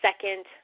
second